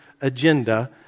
agenda